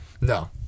No